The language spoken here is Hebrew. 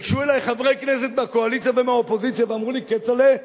ניגשו אלי חברי כנסת מהקואליציה ומהאופוזיציה ואמרו לי: כצל'ה,